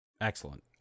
Excellent